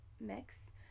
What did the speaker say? mix